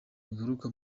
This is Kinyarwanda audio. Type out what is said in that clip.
bigaruka